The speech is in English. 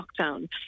lockdown